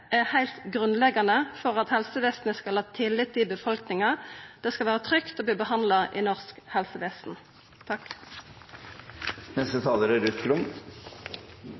er heilt grunnleggjande for at helsevesenet skal ha tillit i befolkninga. Det skal vera trygt å verta behandla i norsk helsevesen. Det er bred enighet i